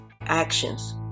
actions